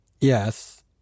Yes